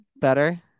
Better